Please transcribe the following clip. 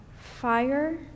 fire